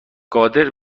قادر